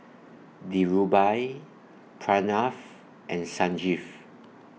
Dhirubhai Pranav and Sanjeev